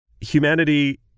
Humanity